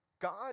God